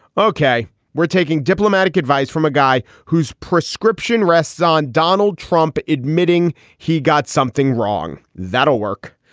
ok, we're taking diplomatic advice from a guy whose prescription rests on donald trump, admitting he got something wrong. that'll work.